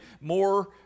more